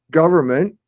government